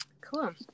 Cool